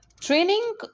training